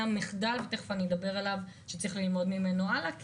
מחדל שאדבר עליו כי צריך ללמוד ממנו הלאה,